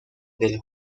del